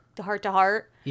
heart-to-heart